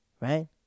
right